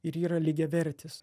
ir yra lygiavertis